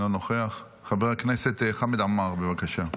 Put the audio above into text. לא נוכח, חבר הכנסת חמד עמאר, בבקשה.